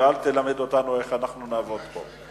ואל תלמד אותנו איך אנחנו נעבוד פה.